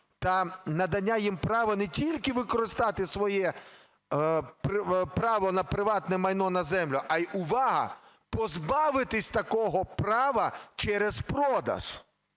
та надання їм права не тільки використати своє право на приватне майно на землю, а – увага! - позбавитись такого права через продаж.